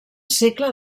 segle